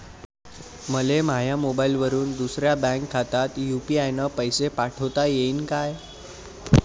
मले माह्या मोबाईलवरून दुसऱ्या बँक खात्यात यू.पी.आय न पैसे पाठोता येईन काय?